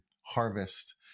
harvest